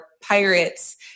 Pirates